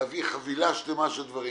להביא חבילה שלמה של דברים,